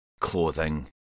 clothing